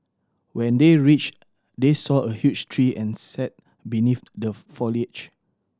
when they reached they saw a huge tree and sat beneath the foliage